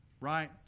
right